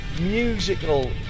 musical